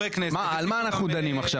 אנחנו דנים עכשיו?